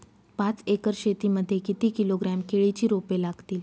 पाच एकर शेती मध्ये किती किलोग्रॅम केळीची रोपे लागतील?